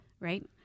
Right